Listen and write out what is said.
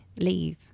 leave